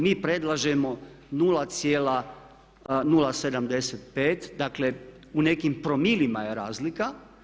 Mi predlažemo 0,075 dakle u nekim promilima je razlika.